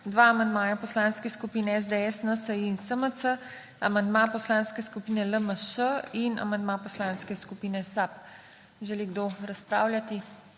dva amandmaja poslanskih skupin SDS, NSi in SMC, amandma Poslanske skupine LMŠ in amandma Poslanske skupine SAB. Želi kdo razpravljati?